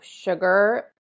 sugar